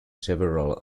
several